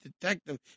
detective